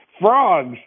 frogs